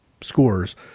scores